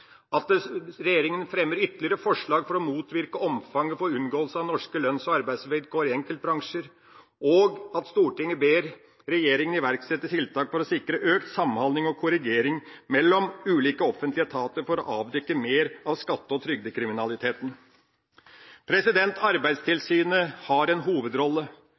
at regjeringen fremmer ytterligere forslag for å motvirke omfanget av unngåelse av norske lønns- og arbeidsvilkår i enkeltbransjer, og at Stortinget ber regjeringen iverksette tiltak for å sikre økt samhandling og koordinering mellom ulike offentlige etater for å avdekke mer av skatte- og trygdekriminaliteten. Arbeidstilsynet har en hovedrolle.